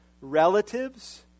Relatives